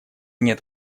нет